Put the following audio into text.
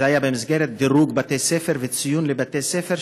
זה היה במסגרת דירוג בתי-ספר וציון לבתי-ספר,